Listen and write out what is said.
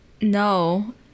no